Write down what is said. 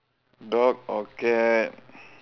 dog or cat